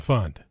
Fund